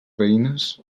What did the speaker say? veïnes